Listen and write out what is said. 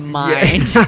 mind